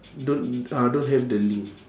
don't ah don't have the link